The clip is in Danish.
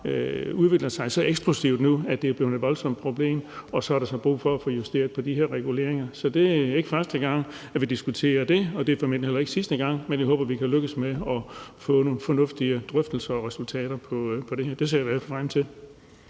udvikler sig bare så eksplosivt nu, at det er blevet et voldsomt problem, og så er der brug for at få justeret på de her reguleringer. Det er ikke første gang, vi diskuterer det, og det er formentlig heller ikke sidste gang, men jeg håber, vi kan lykkes med at få nogle fornuftige drøftelser og resultater. Det ser jeg i hvert fald frem til.